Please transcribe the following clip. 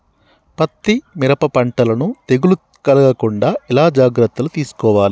పత్తి మిరప పంటలను తెగులు కలగకుండా ఎలా జాగ్రత్తలు తీసుకోవాలి?